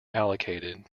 allocated